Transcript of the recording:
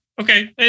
Okay